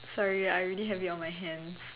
sorry I already have it on my hands